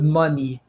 money